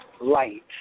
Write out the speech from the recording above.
light